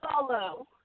follow